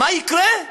מה יקרה?